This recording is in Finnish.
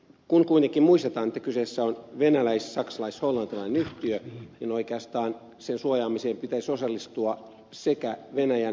kun kuitenkin muistetaan että kyseessä on venäläis saksalais hollantilainen yhtiö niin oikeastaan sen suojaamiseen pitäisi osallistua sekä venäjän että naton